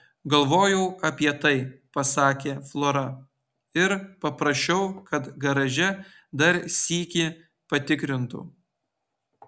galvojau apie tai pasakė flora ir paprašiau kad garaže dar sykį patikrintų